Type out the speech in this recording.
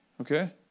Okay